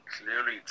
clearly